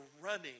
running